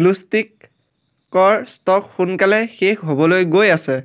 glow ষ্টিকৰ stock সোনকালে শেষ হ'বলৈ গৈ আছে